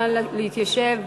נא להתיישב.